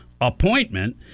appointment